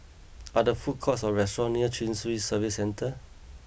are there food courts or restaurants near Chin Swee Service Centre